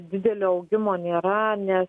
didelio augimo nėra nes